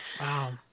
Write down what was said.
Wow